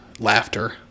laughter